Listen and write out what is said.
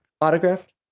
autographed